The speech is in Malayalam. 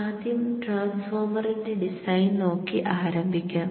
ആദ്യം ട്രാൻസ്ഫോർമറിന്റെ ഡിസൈൻ നോക്കി ആരംഭിക്കാം